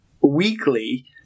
weekly